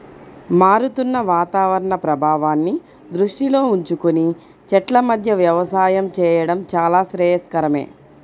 మారుతున్న వాతావరణ ప్రభావాన్ని దృష్టిలో ఉంచుకొని చెట్ల మధ్య వ్యవసాయం చేయడం చాలా శ్రేయస్కరమే